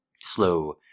Slow